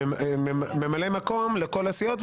ממלא מקום לכל הסיעות,